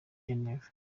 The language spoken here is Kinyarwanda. genève